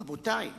רבותי,